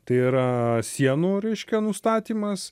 tai yra sienų reiškia nustatymas